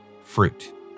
fruit